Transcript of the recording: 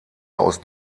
aus